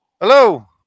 Hello